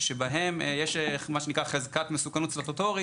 על הפרקליטוּת,